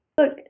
look